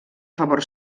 favor